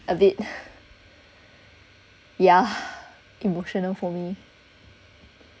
a bit yeah emotional for me